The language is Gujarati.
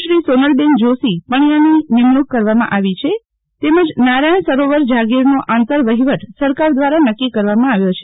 શ્રી સોનલબેન જોષી પણિયાની નિમણૂક કરવા તેમજ નારાયણ સરોવર જાગીરનો આંતર વફીવટ સરકાર દ્વારા નક્કી કરવામાં આવ્યો છે